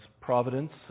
providence